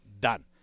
done